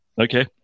Okay